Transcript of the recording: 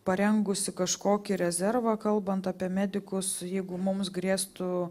parengusi kažkokį rezervą kalbant apie medikus jeigu mums grėstų